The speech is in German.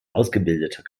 ausgebildeter